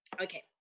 Okay